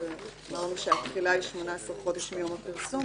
אמרנו שהתחילה היא 18 חודש מיום הפרסום.